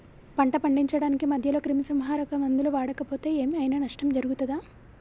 పంట పండించడానికి మధ్యలో క్రిమిసంహరక మందులు వాడకపోతే ఏం ఐనా నష్టం జరుగుతదా?